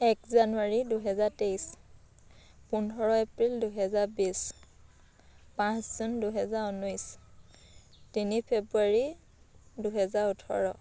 এক জানুৱাৰী দুহেজাৰ তেইছ পোন্ধৰ এপ্ৰিল দুহেজাৰ বিছ পাঁচ জুন দুহেজাৰ ঊনৈছ তিনি ফেব্ৰুৱাৰী দুহেজাৰ ওঠৰ